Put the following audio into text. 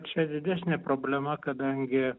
čia didesnė problema kadangi